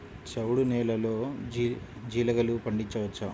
చవుడు నేలలో జీలగలు పండించవచ్చా?